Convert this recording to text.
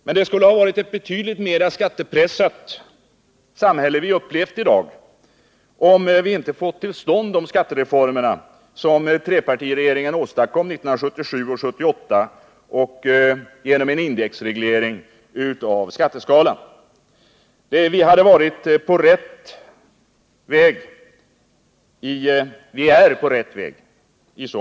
Men det skulle ha varit ett betydligt mera skattepressat samhälle vi upplevt i dag om vi inte fått till stånd de skattereformer som trepartiregeringen åstadkom 1977 och 1978 genom en indexreglering av skatteskalan. Vi är på rätt väg i så måtto.